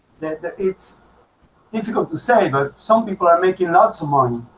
that it's difficult to say but some people are making lots of money,